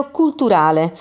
culturale